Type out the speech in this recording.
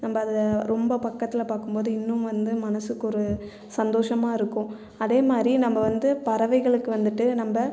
நம்ம அதை ரொம்ப பக்கத்தில் பார்க்கும்போது இன்னும் வந்து மனசுக்கு ஒரு சந்தோஸமாக இருக்கும் அதேமாதிரி நம்ம வந்து பறவைகளுக்கு வந்துட்டு நம்ம